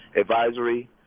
advisory